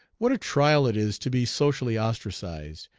what a trial it is to be socially ostracized,